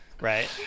right